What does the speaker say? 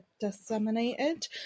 disseminated